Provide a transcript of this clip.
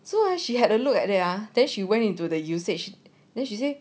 so as she had a look at they ah then she went into the usage then she say